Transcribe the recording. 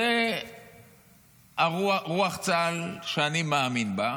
זו רוח צה"ל שאני מאמין בה.